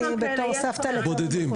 בודדים.